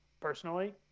personally